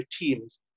teams